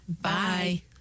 Bye